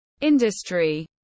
industry